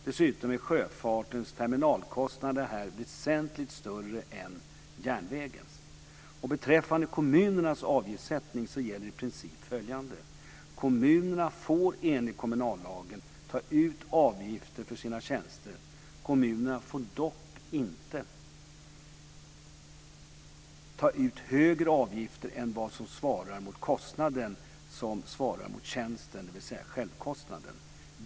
Dessutom är sjöfartens terminalkostnader här väsentligt större än järnvägens. Beträffande kommunernas avgiftssättning gäller i princip följande. Kommunerna får enligt kommunallagen ta ut avgifter för sina tjänster. Kommunerna får dock inte ta ut högre avgifter än vad som svarar mot kostnaden som svarar mot tjänsten, dvs. självkostnaden.